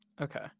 Okay